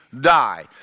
die